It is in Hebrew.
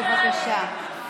בבקשה.